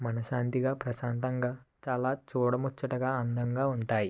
మనశ్శాంతిగా ప్రశాంతంగా చాలా చూడముచ్చటగా అందంగా ఉంటాయి